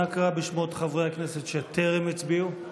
נא קרא בשמות חברי הכנסת שטרם הצביעו.